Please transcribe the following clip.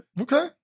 okay